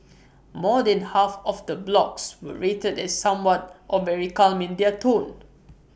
more than half of the blogs were rated as somewhat or very calm in their tone